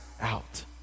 out